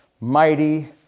mighty